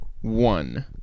one